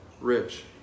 rich